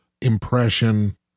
impression